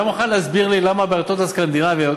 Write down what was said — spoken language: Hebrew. אתה מוכן להסביר למה במדינות הסקנדינביות